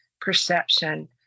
perception